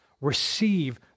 Receive